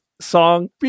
song